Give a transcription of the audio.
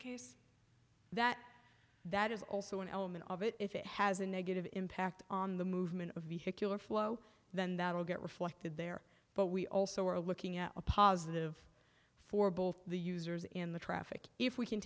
case that that is also an element of it if it has a negative impact on the movement of vehicular flow then that will get reflected there but we also are looking at a positive for both the users in the traffic if we can